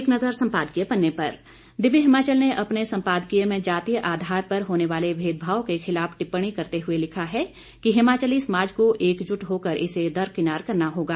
एक नज़र सम्पादकीय पन्ने पर दिव्य हिमाचल ने अपने संपादकीय में जातीय आधार पर होने वाले भेदभाव के खिलाफ टिप्पणी करते हुए लिखा है कि हिमाचली समाज को एकजुट होकर इसे दरकिनार करना होगा